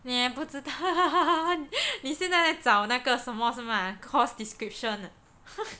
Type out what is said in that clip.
你也不知道你现在还找那个什么是吗 course description ah